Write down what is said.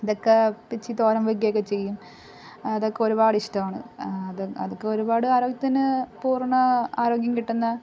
ഇതൊക്കെ പിച്ചി തോരൻ വയ്ക്കുകയൊക്കെ ചെയ്യും അതൊക്കെ ഒരുപാട് ഇഷ്ടമാണ് അതും അതൊക്കെ ഒരുപാട് ആരോഗ്യത്തിന് പൂർണ ആരോഗ്യം കിട്ടുന്ന